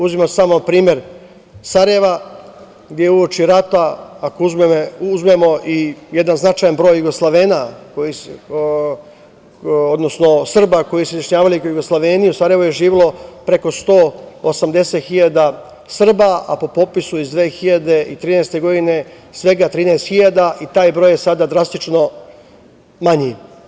Uzimam samo primer Sarajeva, gde je uoči rata, ako uzmemo i jedan značajan broj Jugoslovena, odnosno Srba koji su se izjašnjavali kao Jugosloveni, u Sarajevu je živelo preko 180.000 Srba, a po popisu iz 2013. godine svega 13.000 i taj broj je sada drastično manji.